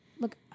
look